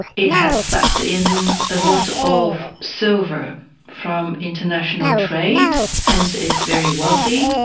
it had sucked in a lot of silver from international trade, hence it's very wealthy.